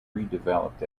redeveloped